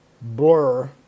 blur